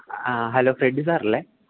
ആ hello Freddy സാറല്ലേ